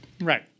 Right